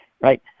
right